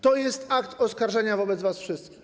To jest akt oskarżenia wobec was wszystkich.